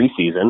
preseason